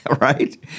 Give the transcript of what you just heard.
right